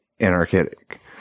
anarchic